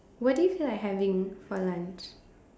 what do you feel like having for lunch